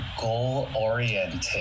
goal-oriented